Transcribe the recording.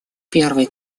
первый